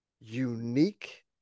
unique